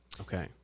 Okay